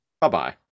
Bye-bye